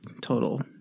total